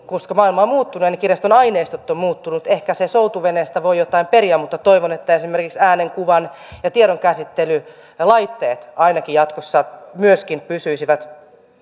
koska maailma on muuttunut ja ne kirjaston aineistot ovat muuttuneet ehkä soutuveneestä voi jotain periä mutta toivon että esimerkiksi äänen kuvan ja tiedonkäsittelylaitteet ainakin jatkossa myöskin pysyisivät